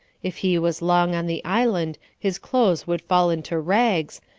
if he was long on the island his clothes would fall into rags,